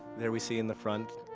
there we see in the front